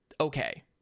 okay